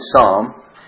Psalm